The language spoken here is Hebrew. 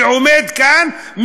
ועומד כאן,